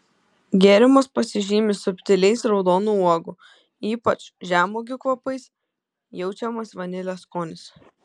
gėrimas pasižymi subtiliais raudonų uogų ypač žemuogių kvapais jaučiamas vanilės skonis